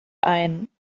ein